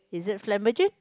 is it